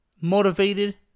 motivated